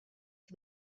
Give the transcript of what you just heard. for